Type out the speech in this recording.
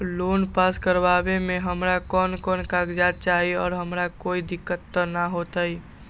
Loan pass करवावे में हमरा कौन कौन कागजात चाही और हमरा कोई दिक्कत त ना होतई?